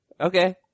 Okay